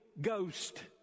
Ghost